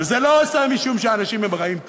וזה לא נעשה משום שאנשים הם רעים כאן,